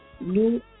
New